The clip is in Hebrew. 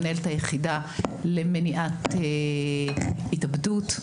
מנהלת היחידה למניעת התאבדות.